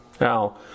Now